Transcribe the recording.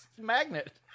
Magnet